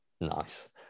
Nice